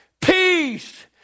Peace